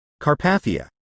Carpathia